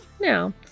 Now